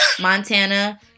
Montana